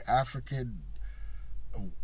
african